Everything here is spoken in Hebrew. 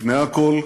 לפני הכול,